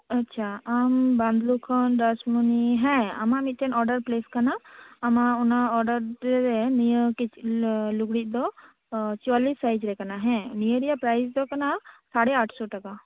ᱟᱪᱪᱷᱟ ᱟᱢ ᱵᱟᱸᱫᱞᱩ ᱠᱷᱚᱱ ᱨᱟᱥ ᱢᱩᱱᱤ ᱦᱮᱸ ᱟᱢᱟᱜ ᱢᱤᱫᱴᱮᱱ ᱚᱰᱟᱨ ᱯᱷᱞᱤᱯ ᱠᱟᱱᱟ ᱟᱢᱟᱜ ᱚᱱᱟ ᱚᱰᱟᱨ ᱨᱮ ᱱᱤᱭᱟᱹ ᱠᱤᱪ ᱞᱩᱜᱽᱲᱤᱡ ᱫᱚ ᱪᱩᱣᱟᱞᱞᱤᱥ ᱥᱟᱭᱤᱡᱽ ᱜᱮ ᱠᱟᱱᱟ ᱦᱮᱸ ᱱᱤᱭᱟᱹ ᱨᱮᱭᱟᱜ ᱯᱨᱟᱭᱤᱥ ᱫᱚ ᱠᱟᱱᱟ ᱥᱟᱲᱮ ᱟᱴ ᱥᱚ ᱴᱟᱠᱟ